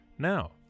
Now